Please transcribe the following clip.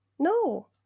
No